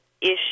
issue